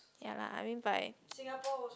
ya lah I mean but I